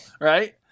Right